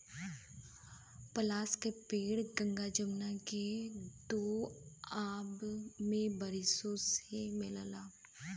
पलाश के पेड़ गंगा जमुना के दोआब में बारिशों से मिलला